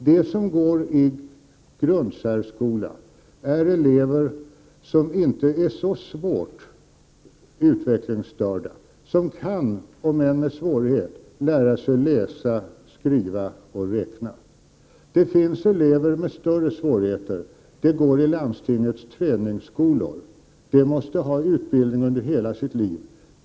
De som går i grundsärskola är elever som inte är så svårt utvecklingsstörda, som kan — om än med svårighet — lära sig läsa, skriva och räkna. Det finns elever med större svårigheter. De går i landstingets träningsskolor. De måste ha utbildning under hela sitt liv.